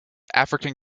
african